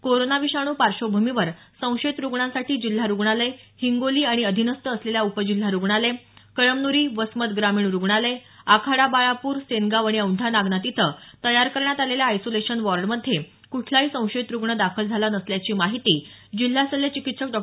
corona विषाणू पार्श्वभूमीवर संशयित रुग्णांसाठी जिल्हा रुग्णालय हिंगोली आणि अधिनस्त असलेल्या उपजिल्हा रुग्णालय कळमनुरी वसमत ग्रामीण रुग्णालय आराखाडा बाळापूर सेनगाव आणि औंढा नागनाथ इथं तयार करण्यात आलेल्या आयसोलेशन वॉर्डमध्ये कुठलाही संशयित रुग्ण दाखल झाला नसल्याची माहिती जिल्हा शल्य चिकित्सक डॉ